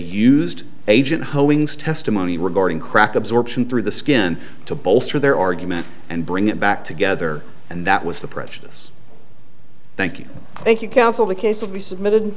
holdings testimony regarding crack absorption through the skin to bolster their argument and bring it back together and that was the prejudice thank you thank you counsel the case of the submitted